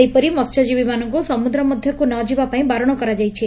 ସେହିପରି ମହ୍ୟଜୀବୀମାନଙ୍କୁ ସମୁଦ୍ର ମଧ୍ୟକୁ ନ ଯିବା ପାଇଁ ବାରଣ କରାଯାଇଛି